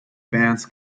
bands